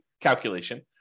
calculation